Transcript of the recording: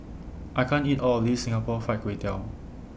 I can't eat All of This Singapore Fried Kway Tiao